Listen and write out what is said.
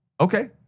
Okay